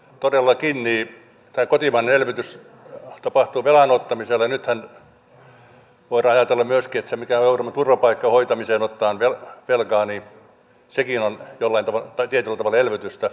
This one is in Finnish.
todellakin tämä kotimainen elvytys tapahtuu velan ottamisella ja nythän voidaan ajatella myöskin että sekin mitä joudumme turvapaikan hoitamiseen ottamaan velkaa on tietyllä tavalla elvytystä